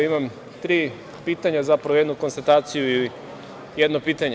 Imam tri pitanja, zapravo jednu konstataciju i jedno pitanje.